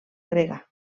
grega